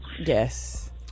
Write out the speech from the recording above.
Yes